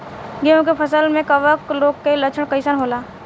गेहूं के फसल में कवक रोग के लक्षण कइसन होला?